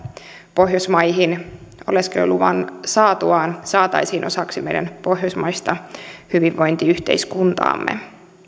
pohjoismaihin oleskeluluvan saatuaan saataisiin osaksi meidän pohjoismaista hyvinvointiyhteiskuntaamme